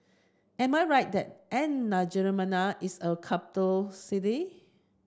am I right that N'Djamena is a capital city